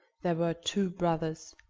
there were two brothers,